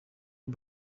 you